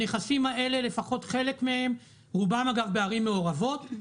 הנכסים האלה לפחות חלק מהם רובם אגב בערים מעורבות,